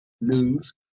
news